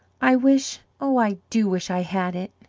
i wish oh, i do wish i had it.